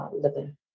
living